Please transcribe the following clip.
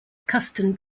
custom